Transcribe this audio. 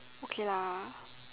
okay lah